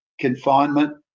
Confinement